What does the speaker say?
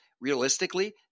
Realistically